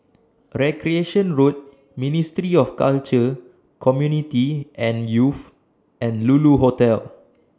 Recreation Road Ministry of Culture Community and Youth and Lulu Hotel